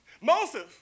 Moses